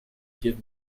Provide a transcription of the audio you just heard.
give